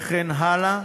וכן הלאה